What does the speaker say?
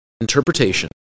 interpretation